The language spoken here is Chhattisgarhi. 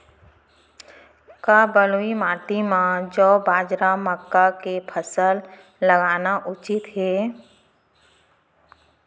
का बलुई माटी म जौ, बाजरा, मक्का के फसल लगाना उचित हे?